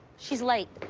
she's late.